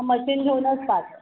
machine घेऊनच पाठ